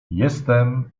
jestem